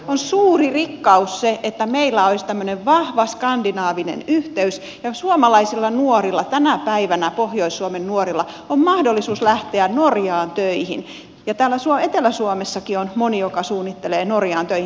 on suuri rikkaus se että meillä olisi tämmöinen vahva skandinaavinen yhteys ja suomalaisilla nuorilla tänä päivänä pohjois suomen nuorilla on mahdollisuus lähteä norjaan töihin ja täällä etelä suomessakin on moni joka suunnittelee norjaan töihin lähtöä